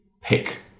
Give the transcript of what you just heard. pick